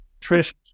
Trish